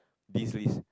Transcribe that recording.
this ways